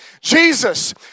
Jesus